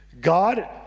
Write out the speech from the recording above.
God